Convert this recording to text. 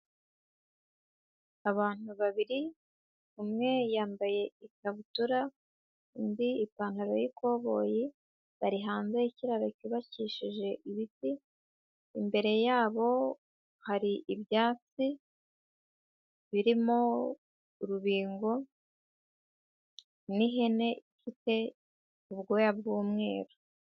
Abantu babiri umwe yambaye ikabutura undi ipantaro y'ikoboyi bari hanze y'ikiraro cyubakishije ibiti, imbere yabo hari ibyatsi birimo urubingo n'ihene ifite ubwoya bw'umweru.